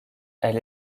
elle